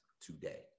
today